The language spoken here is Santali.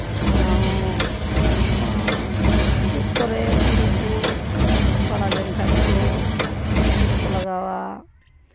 ᱚᱱᱟ ᱦᱚᱸ ᱢᱚᱡᱽ ᱥᱩᱫ ᱠᱚᱨᱮᱜ ᱠᱩᱲᱤ ᱠᱚ ᱱᱟᱹᱠᱤᱡ ᱵᱟᱲᱟ ᱞᱮᱱᱠᱷᱟᱱ ᱠᱚ ᱥᱩᱫ ᱠᱚᱨᱮ ᱠᱚ ᱞᱟᱜᱟᱣᱟ